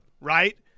right